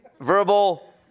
verbal